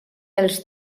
els